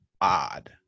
odd